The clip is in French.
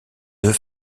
deux